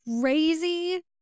crazy